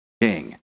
king